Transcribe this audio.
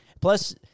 Plus